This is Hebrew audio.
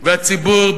והציבור,